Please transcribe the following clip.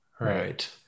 Right